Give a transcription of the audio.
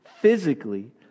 physically